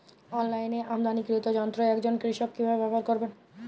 অনলাইনে আমদানীকৃত যন্ত্র একজন কৃষক কিভাবে ব্যবহার করবেন?